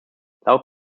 laut